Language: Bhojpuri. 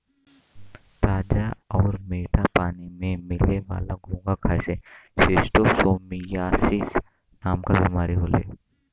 ताजा आउर मीठा पानी में मिले वाला घोंघा खाए से शिस्टोसोमियासिस नाम के बीमारी होला